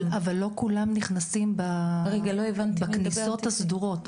--- אבל לא כולם נכנסים בכניסות הסדורות,